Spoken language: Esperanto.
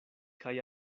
kaj